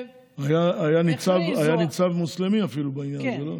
היה אפילו ניצב מוסלמי בעניין הזה.